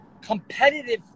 competitive